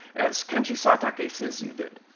as kenji satake says you did?